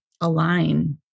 align